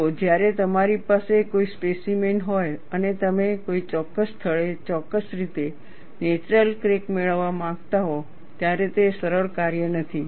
જુઓ જ્યારે તમારી પાસે કોઈ સ્પેસીમેન હોય અને તમે કોઈ ચોક્કસ સ્થળે ચોક્કસ રીતે નેચરલ ક્રેક મેળવવા માંગતા હોવ ત્યારે તે સરળ કાર્ય નથી